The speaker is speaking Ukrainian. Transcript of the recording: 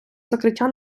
закриття